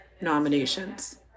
nominations